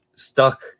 stuck